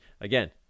again